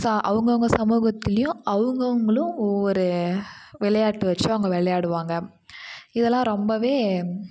சா அவங்கவுங்க சமூகத்துலேயும் அவங்கவுங்களும் ஒவ்வொரு விளையாட்டு வச்சி அவங்க விளையாடுவாங்க இதெல்லாம் ரொம்பவே